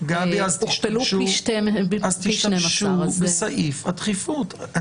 הוכפלו פי 12. אז תשתמשו בסעיף הדחיפות.